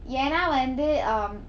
ஏன்னா வந்து:yaenna vanthu um